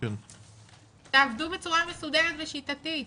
תעבדו בצורה מסודרת ושיטתית.